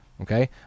Okay